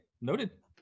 noted